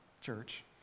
church